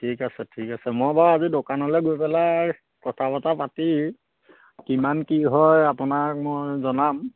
ঠিক আছে ঠিক আছে মই বাৰু আজি দোকানলে গৈ পেলাই কথা বতৰা পাতি কিমান কি হয় আপোনাক মই জনাম